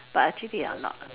but actually they are not